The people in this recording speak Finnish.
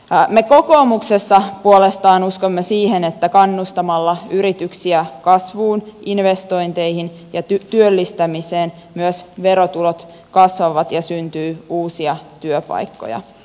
me kokoomuksessa puolestaan uskomme siihen että kannustamalla yrityksiä kasvuun investointeihin ja työllistämiseen myös verotulot kasvavat ja syntyy uusia työpaikkoja